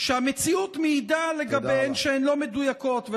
שהמציאות מעידה לגביהן שהן לא מדויקות.